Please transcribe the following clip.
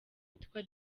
witwa